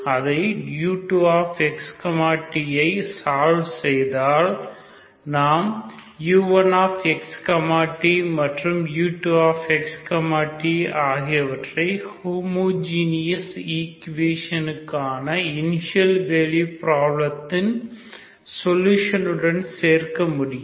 அதை u2x t ஐ solve செய்தால் நாம் u1x t மற்றும் u2x t ஆகியவற்றை ஹோமோஜீனியஸ் ஈக்குவேஷனுக்கான இனிஷியல் வேல்யூ பிரபலத்தின் சொலுஷன் உடன் சேர்க்க முடியும்